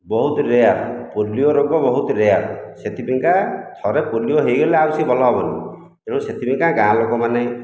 ବହୁତ rare polio ରୋଗ ବହୁତ ରେଆର ସେଥିପାଇଁକା ଥରେ ପୋଲିଓ ହୋଇଗଲେ ଆଉ ସେ ଭଲ ହେବନି ତେଣୁ ସେଥିପାଇଁକା ଗାଁ ଲୋକମାନେ